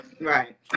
Right